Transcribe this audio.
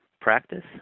practice